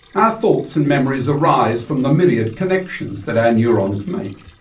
our thoughts and memories arise from the myriad connections that our neurones make,